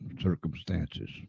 circumstances